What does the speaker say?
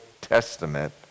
Testament